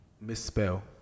Misspell